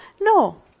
No